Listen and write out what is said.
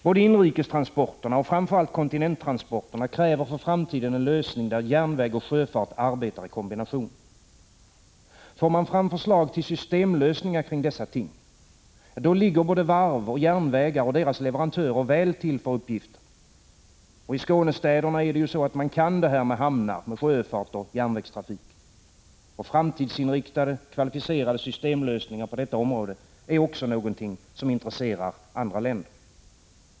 Både inrikestransporterna och framför allt kontinenttransporterna kräver för framtiden en lösning där järnväg och sjöfart arbetar i kombination. Får man fram förslag till systemlösningar kring dessa ting — då ligger både varv, järnvägar och deras leverantörer väl till för uppgiften. Och i Skånestäderna kan man det här med hamnar, sjöfart och järnvägstrafik. Och framtidsinrik 15 tade, kvalificerade systemlösningar på detta område är också något som intresserar andra länder.